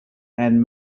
and